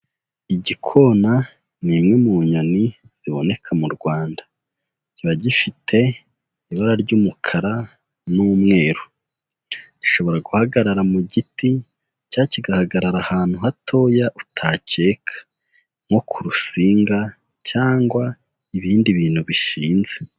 Igikona ni imwe mu nyoni ziboneka mu Rwanda, kiba gifite ibara ry'umukara n'umweru, ishobora guhagarara mu giti cya kigahagarara ahantu hatoya utakeka, nko ku rusinga cyangwa ibindi bintu bishinze.